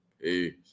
Peace